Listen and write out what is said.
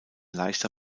leichter